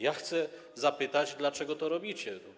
Ja chcę zapytać, dlaczego to robicie.